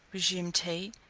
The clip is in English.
resumed he,